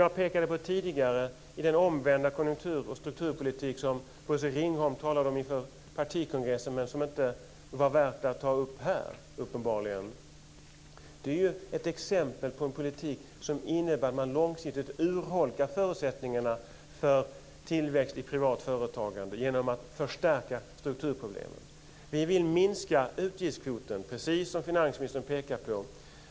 Jag pekade tidigare på den omvända konjunkturoch strukturpolitik som Bosse Ringholm talade om inför partikongressen men som uppenbarligen inte var värt att ta upp här. Det är ett exempel på en politik som innebär att man långsiktigt urholkar förutsättningarna för tillväxt i privat företagande genom att förstärka strukturproblemen. Vi vill minska utgiftskvoten, precis som finansministern pekade på.